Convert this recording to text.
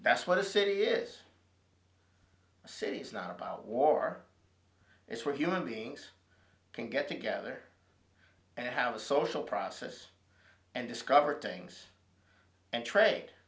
that's what a city years city it's not about war it's where human beings can get together and have a social process and discover things and trade